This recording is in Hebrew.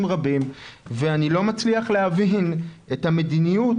רבים ואני לא מצליח להבין את המדיניות,